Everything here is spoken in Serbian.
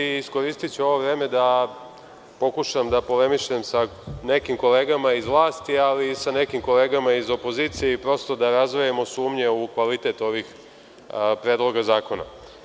Iskoristiću ovo vreme da pokušam da polemišem sa nekim kolegama iz vlasti, ali i sa nekim kolegama iz opozicije i prosto da razdvojimo sumnje u kvalitet ovih predloga zakona.